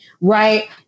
Right